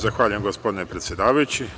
Zahvaljujem gospodine predsedavajući.